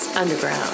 underground